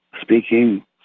speaking